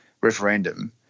referendum